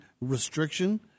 restriction